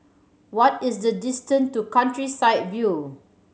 what is the distance to Countryside View